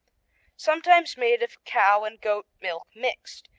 sometimes made of cow and goat milk mixed,